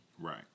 Right